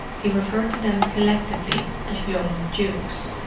he referred to them collectively as young dukes.